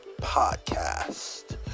Podcast